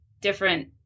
different